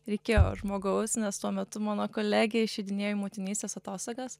reikėjo žmogaus nes tuo metu mano kolegė išeidinėjo į motinystės atostogas